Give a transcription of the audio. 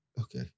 Okay